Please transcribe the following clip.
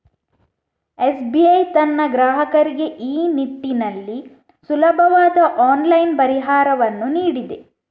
SBI ತನ್ನ ಗ್ರಾಹಕರಿಗೆ ಈ ನಿಟ್ಟಿನಲ್ಲಿ ಸುಲಭವಾದ ಆನ್ಲೈನ್ ಪರಿಹಾರವನ್ನು ನೀಡಿದೆ